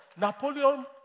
Napoleon